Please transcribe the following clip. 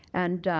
and,